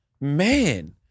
man